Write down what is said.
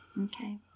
Okay